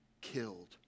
killed